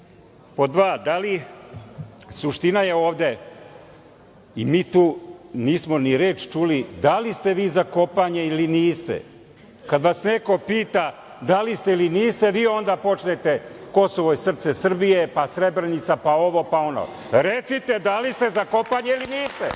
dva, suština je ovde i mi tu nismo ni reč čuli, da li ste vi za kopanje ili niste. Kada vas neko pita da li ste ili niste, vi onda počnete Kosovo je srce Srbije, pa Srebrenica, pa ovo, pa ono. Recite da li ste za kopanje ili niste? Ono